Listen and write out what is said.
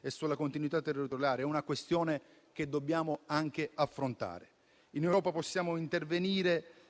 e sulla continuità territoriale: è una questione che dobbiamo affrontare. In Europa possiamo intervenire